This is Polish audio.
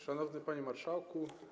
Szanowny Panie Marszałku!